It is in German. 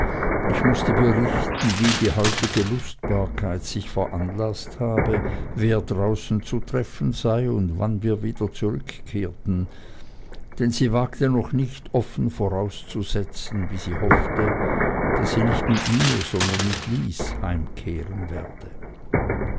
ich mußte berichten wie die heutige lustbarkeit sich veranlaßt habe wer draußen zu treffen sei und wann wir wieder zurückkehrten denn sie wagte noch nicht offen vorauszusetzen wie sie hoffte daß sie nicht mit mir sondern mit lys heimfahren werde